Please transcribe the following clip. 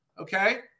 okay